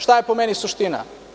Šta je po meni suština?